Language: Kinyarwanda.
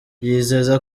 yizeza